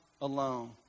alone